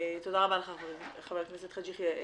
תודה רבה לך חבר הכנסת חאג' יחיא.